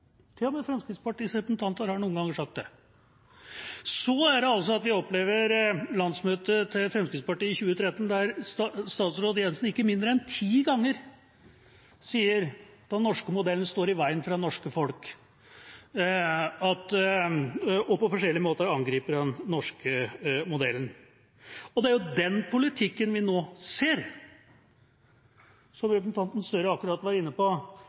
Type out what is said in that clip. med Fremskrittspartiets representanter har noen ganger sagt det. Så opplevde vi altså på landsmøtet til Fremskrittspartiet i 2013 at statsråd Jensen ikke mindre enn ti ganger sa at den norske modellen står i veien for det norske folk, og på forskjellige måter angriper den norske modellen. Og det er jo den politikken vi nå ser. Som representanten Gahr Støre akkurat var inne på,